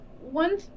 one